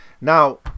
Now